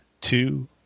two